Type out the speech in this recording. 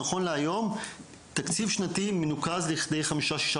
נכון להיום תקציב שנתי מנוקז לכדי חמישה-שישה